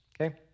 Okay